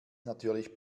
natürlich